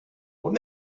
what